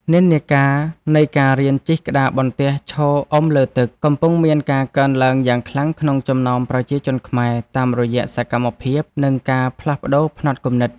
និន្នាការនៃការរៀនជិះក្តារបន្ទះឈរអុំលើទឹក កំពុងមានការកើនឡើងយ៉ាងខ្លាំងក្នុងចំណោមប្រជាជនខ្មែរ តាមរយៈសកម្មភាព និងការផ្លាស់ប្តូរផ្នត់គំនិត។